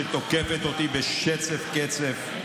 שתוקפת אותי בשצף קצף.